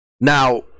Now